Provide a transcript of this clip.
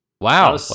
wow